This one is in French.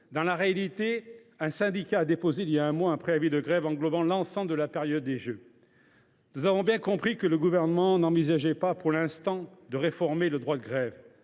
dans la réalité, un syndicat a déposé voilà un mois un préavis de grève englobant l’ensemble de la période des Jeux. Nous l’avons bien compris, le Gouvernement n’envisage pas, pour le moment, de réformer le droit de grève.